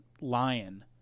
lion